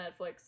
Netflix